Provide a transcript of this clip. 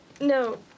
No